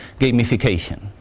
gamification